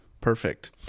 Perfect